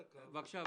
בבקשה.